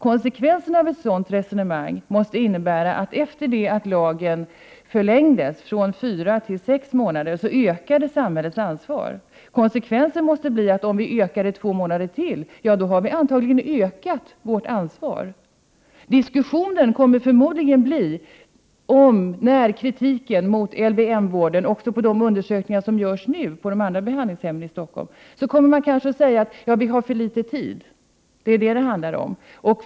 Konsekvensen av ett sådant resonemang måste vara att samhällets ansvar ökade i och med att vårdtiden enligt lagen förlängdes från fyra till sex månader. Konsekvensen av det i sin tur måste bli att om vi ökar vårdtiden med ytterligare två månader har vi ökat vårt ansvar. Resultatet av de undersökningar som görs nu på de andra behandlingshemmen i Stockholm kommer kanske att bli att man säger: Vi har för litet tid; det är vad det handlar om.